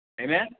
Amen